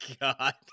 God